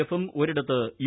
എഫും ഒരിടത്ത് യു